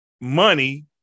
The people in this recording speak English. money